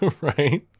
Right